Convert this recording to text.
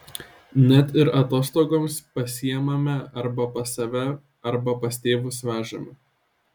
net ir atostogoms pasiimame arba pas save arba pas tėvus vežame